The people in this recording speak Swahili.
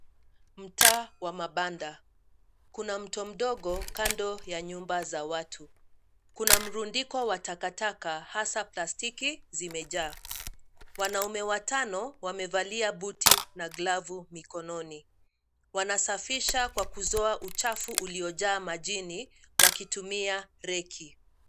Mtaa wa mabanda. Kuna mto mdogo kando ya nyumba za watu. Kuna mrundiko wa takataka, hasa plastiki zimejaa. Wanaume watano wamevalia buti na glavu mikononi. Wanasafisha kwa kuzoa uchafu uliojaa majini wakitumia reki.